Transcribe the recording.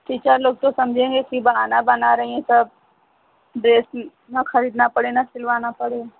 teacher लोग तो समझेंगे कि बहाना बना रहीं हैं सब ड्रेस ना ख़रीदना पड़े ना सिलवाना पड़े